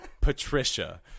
Patricia